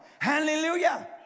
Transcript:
Hallelujah